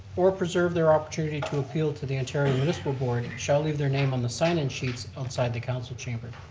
or preserve their opportunity to appeal to the interior municipal board shall leave their name on the sign in sheets outside the council chamber.